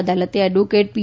અદાલતે એડવોકેટ પી